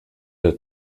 der